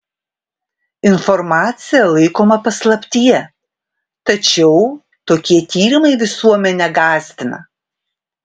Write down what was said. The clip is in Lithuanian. informacija laikoma paslaptyje tačiau tokie tyrimai visuomenę gąsdina